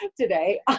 today